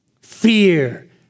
fear